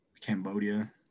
Cambodia